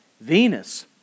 Venus